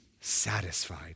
satisfied